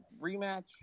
rematch